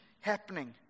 happening